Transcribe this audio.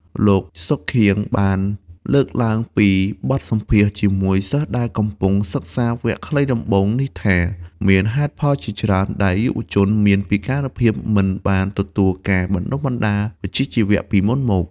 លោក សុខៀង បានលើកឡើងពីបទសម្ភាសន៍ជាមួយសិស្សដែលកំពុងសិក្សាវគ្គខ្លីដំបូងនេះថា មានហេតុផលជាច្រើនដែលយុវជនមានពិការភាពមិនបានទទួលការបណ្តុះបណ្តាលវិជ្ជាជីវៈពីមុនមក។